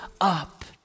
up